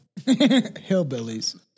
Hillbillies